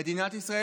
"מדינת ישראל,